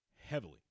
heavily